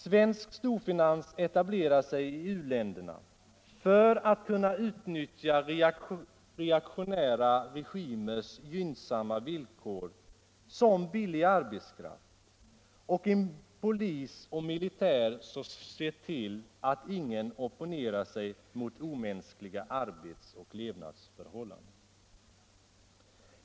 Svensk storfinans etablerar sig i u-länderna för att kunna utnyttja reaktionära regimers gynnsamma villkor såsom billig arbetskraft och en polis och militär som ser till att ingen opponerar sig mot omänskliga arbetsoch levnadsförhållanden.